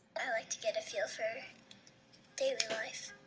i like to get a feel for daily life.